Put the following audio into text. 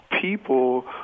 people